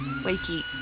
Wakey